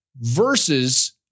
versus